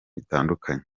bitandukanye